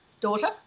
daughter